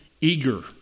eager